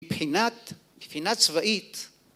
מבחינה צבאית